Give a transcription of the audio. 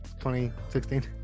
2016